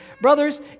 Brothers